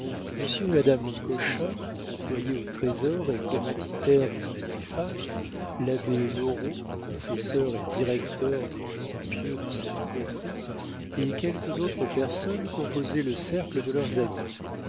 monsieur et madame cochin employés au trésor et commanditaires des matifat l'abbé loraux confesseur et directeur des gens pieux de cette coterie et quelques autres personnes composaient le cercle de leurs amis